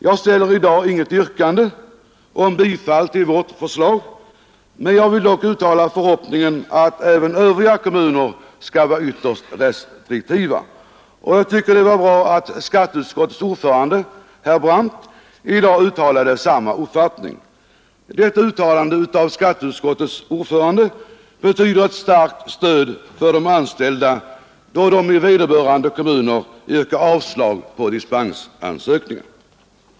Jag ställer i dag inget yrkande om bifall till vårt förslag, men jag vill dock uttala förhoppningen att även övriga kommuner skall vara ytterst restriktiva. Jag tycker det var bra att skatteutskottets ordförande herr Brandt i dag uttalade samma uppfattning. Detta uttalande av skatteutskottets ordförande betyder ett starkt stöd för de anställda då de i vederbörande kommuner yrkar avslag på dispensansökningar.